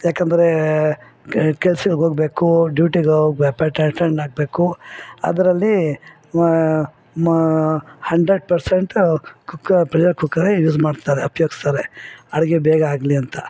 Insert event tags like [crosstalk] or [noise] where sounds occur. ಯಾಕಂದರೆ ಕೆಲ್ಸಕ್ಕೋಗಬೇಕು ಡ್ಯೂಟಿಗೋಗ್ಬೆಕು [unintelligible] ಅಟೆಂಡಾಗಬೇಕು ಅದರಲ್ಲಿ ಮ ಹಂಡ್ರೆಡ್ ಪರ್ಸೆಂಟ್ ಕುಕ್ಕ ಪ್ರೆಷರ್ ಕುಕ್ಕರೇ ಯೂಸ್ ಮಾಡ್ತಾರೆ ಉಪ್ಯೋಗಿಸ್ತಾರೆ ಅಡಿಗೆ ಬೇಗ ಆಗಲಿ ಅಂತ